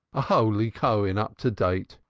a holy cohen up to date.